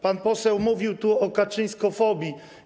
Pan poseł mówi tu o kaczyńskofobii.